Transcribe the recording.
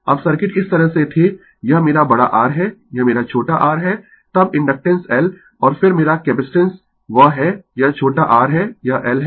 अब सर्किट इस तरह से थे यह मेरा बड़ा R है यह मेरा छोटा r है तब इंडक्टेन्स L और फिर मेरा कैपेसिटेंस वह है यह छोटा r है यह L है